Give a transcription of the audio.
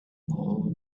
all